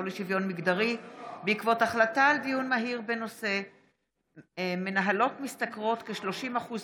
ולשוויון מגדרי בעקבות דיון מהיר בהצעתו של חבר הכנסת אוסאמה סעדי בנושא: